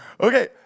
Okay